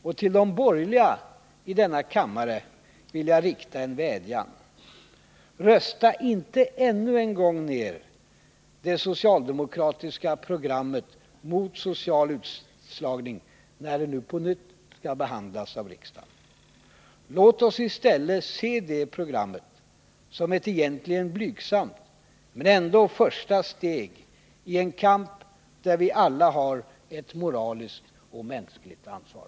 Och till de borgerliga i kammaren vill jag rikta en vädjan: Rösta inte ännu en gång ner det socialdemokratiska programmet mot social utslagning, när det nu på nytt skall behandlas av riksdagen! Låt oss i stället se det programmet som ett egentligen blygsamt men ändå första steg i en kamp, där vi alla har ett moraliskt och mänskligt ansvar.